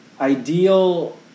ideal